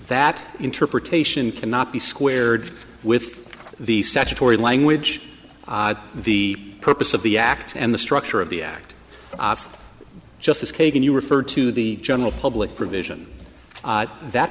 that interpretation cannot be squared with the statutory language the purpose of the act and the structure of the act off justice kagan you refer to the general public provision